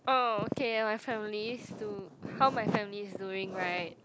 oh okay my family's do how my family is doing right